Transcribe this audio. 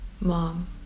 Mom